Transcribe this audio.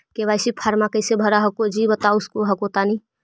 KYC फॉर्मा कैसे भरा हको जी बता उसको हको तानी?